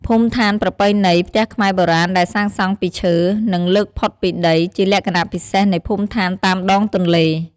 ភូមិដ្ឋានប្រពៃណី ផ្ទះខ្មែរបុរាណដែលសាងសង់ពីឈើ និងលើកផុតពីដី ជាលក្ខណៈពិសេសនៃភូមិឋានតាមដងទន្លេ។